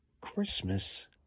Christmas